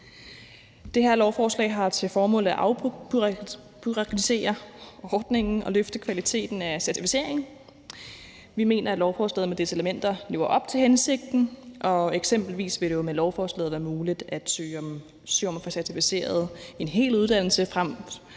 Det her lovforslag har til formål at afbureaukratisere ordningen og løfte kvaliteten af certificeringen. Vi mener, at lovforslaget med dets elementer lever op til hensigten. Eksempelvis vil det jo med lovforslaget være muligt at søge om at få certificeret en hel uddannelse